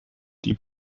die